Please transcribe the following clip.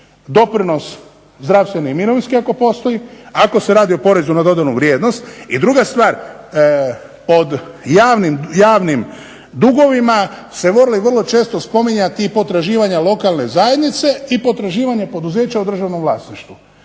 doprinos, zdravstveni i mirovinski ako postoji, ako se radi o porezu na dodanu vrijednost. I druga stvar o javnim dugovima se voli često spominjati i potraživanja lokalna zajednice i potraživanja poduzeća u državnom vlasništvu.